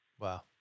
Wow